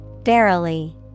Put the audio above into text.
Verily